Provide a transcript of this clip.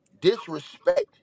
disrespect